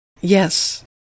Yes